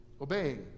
obeying